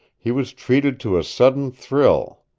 he was treated to a sudden thrill.